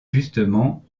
justement